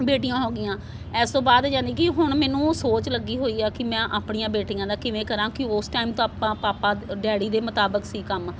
ਬੇਟੀਆਂ ਹੋ ਗਈਆਂ ਇਸ ਤੋਂ ਬਾਅਦ ਯਾਨੀ ਕਿ ਹੁਣ ਮੈਨੂੰ ਸੋਚ ਲੱਗੀ ਹੋਈ ਆ ਕਿ ਮੈਂ ਆਪਣੀਆਂ ਬੇਟੀਆਂ ਦਾ ਕਿਵੇਂ ਕਰਾਂ ਕਿ ਉਸ ਟਾਈਮ ਤਾਂ ਆਪਾਂ ਪਾਪਾ ਡੈਡੀ ਦੇ ਮੁਤਾਬਿਕ ਸੀ ਕੰਮ